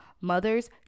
mothers